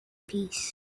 peace